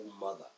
mother